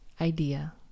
idea